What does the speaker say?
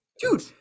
Dude